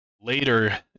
later